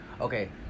Okay